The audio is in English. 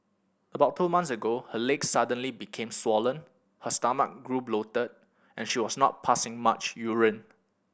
about two months ago her legs suddenly became swollen her stomach grew bloated and she was not passing much urine